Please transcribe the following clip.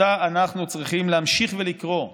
שאנחנו צריכים להמשיך ולקרוא באוזניכם,